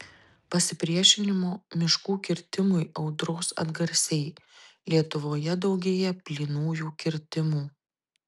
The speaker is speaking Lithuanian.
pasipriešinimo miškų kirtimui audros atgarsiai lietuvoje daugėja plynųjų kirtimų